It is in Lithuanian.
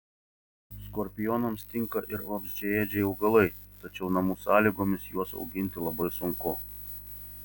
skorpionams tinka ir vabzdžiaėdžiai augalai tačiau namų sąlygomis juos auginti labai sunku